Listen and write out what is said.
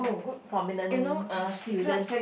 good prominent students